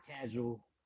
casual